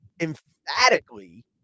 emphatically